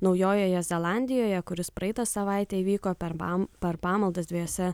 naujojoje zelandijoje kuris praeitą savaitę įvyko per bam per pamaldas dviejose